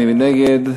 מי נגד?